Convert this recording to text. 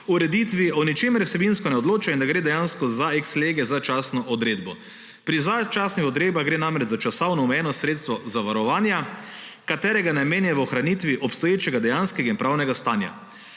ureditvi o ničemer vsebinsko ne odloča in da gre dejansko za ex lege začasno odredbo. Pri začasnih odredbah gre namreč za časovno omejeno sredstvo zavarovanja, katerega namen je v ohranitvi obstoječega dejanskega in pravnega stanja.